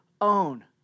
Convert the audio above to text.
own